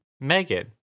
megan